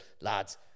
lads